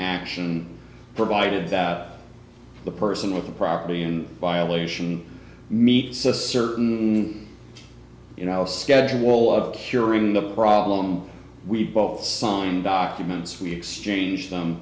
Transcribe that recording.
action provided that the person with the property in violation meets a certain you know schedule of curing the problem we've both signed documents we exchange them